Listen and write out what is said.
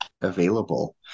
available